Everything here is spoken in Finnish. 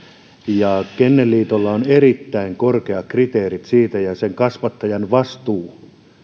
kennelliitolla on erittäin korkeat kriteerit siitä ja kasvattajan vastuu